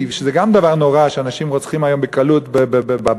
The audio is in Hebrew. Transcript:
וזה גם דבר נורא שאנשים רוצחים היום בקלות בבתים,